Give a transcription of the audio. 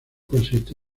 consiste